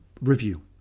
review